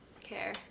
care